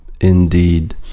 Indeed